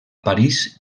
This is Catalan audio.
parís